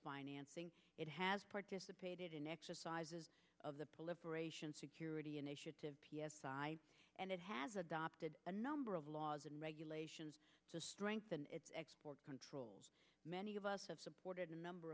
financing it has participated in exercises of the security initiative and it has adopted a number of laws and regulations to strengthen its export controls many of us have supported a number